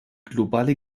globale